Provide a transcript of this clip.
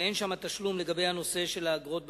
ואין שם תשלום לגבי הנושא של אגרות בסיעוד,